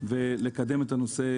ולקדם את הנושא